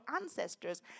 ancestors